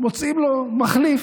מוצאים לו מחליף,